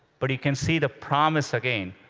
but you can see the promise, again,